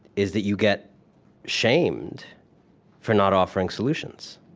is that you get shamed for not offering solutions.